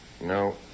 no